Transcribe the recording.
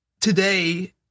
today